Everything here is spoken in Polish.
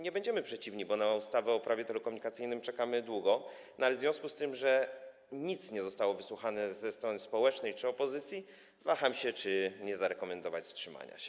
Nie będziemy przeciwni, bo na ustawę dotyczącą prawa telekomunikacyjnego czekamy długo, ale w związku z tym, że nic nie zostało wysłuchane ze strony społecznej czy opozycji, waham się, czy nie zarekomendować wstrzymania się.